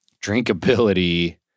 Drinkability